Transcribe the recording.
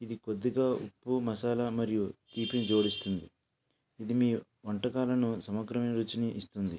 ఇది కొద్దిగా ఉప్పు మసాలా మరియు తీపిని జోడిస్తుంది ఇది మీ వంటకాలను సమగ్రమైన రుచిని ఇస్తుంది